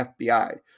FBI